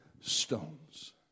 stones